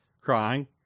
crying